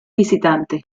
visitante